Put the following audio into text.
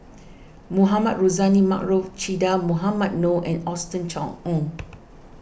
Mohamed Rozani Maarof Che Dah Mohamed Noor and Austen Ong